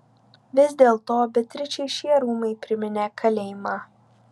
vis dėlto beatričei šie rūmai priminė kalėjimą